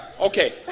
Okay